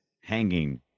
hanging